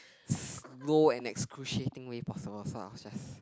slow and excruciating way possible so I was just